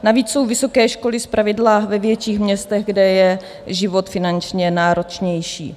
Navíc jsou vysoké školy zpravidla ve větších městech, kde je život finančně náročnější.